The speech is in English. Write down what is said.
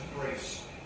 grace